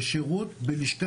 שירות בלשכה